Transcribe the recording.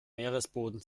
meeresboden